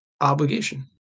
obligation